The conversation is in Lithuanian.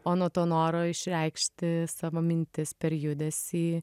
o nuo to noro išreikšti savo mintis per judesį